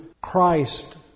Christ